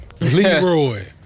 Leroy